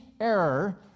error